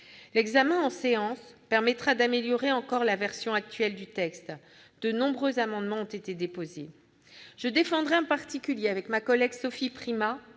L'examen en séance permettra d'améliorer encore la version actuelle du texte. De nombreux amendements ont été déposés. Je défendrai en particulier avec ma collègue Sophie Primas